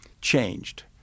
changed